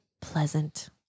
pleasant